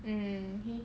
mm